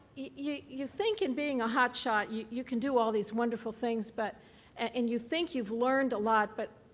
you you think in being a hot shot, you you can do all these wonderful things, but and you think you've learned a lot but,